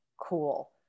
cool